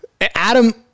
Adam